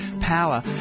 power